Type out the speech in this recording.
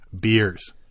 beers